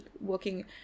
working